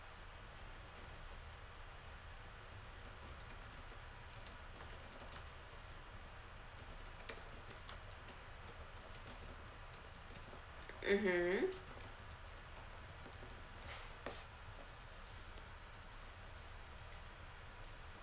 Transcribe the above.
mmhmm